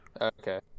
Okay